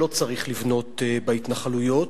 שלא צריך לבנות בהתנחלויות,